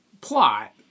plot